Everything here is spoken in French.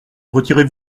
retirez